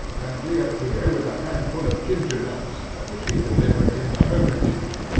and reappear with a handful of ginger-nuts which he delivered in the hermitage,